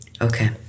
Okay